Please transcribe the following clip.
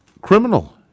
criminal